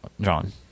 John